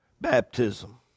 baptism